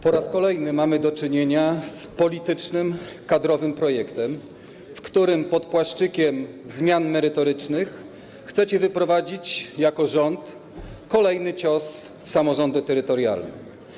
Po raz kolejny mamy do czynienia z politycznym, kadrowym projektem, w którym pod płaszczykiem zmian merytorycznych chcecie wyprowadzić jako rząd kolejny cios w samorządy terytorialne.